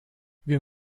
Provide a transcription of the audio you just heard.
wir